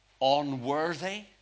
unworthy